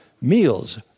meals